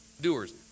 doers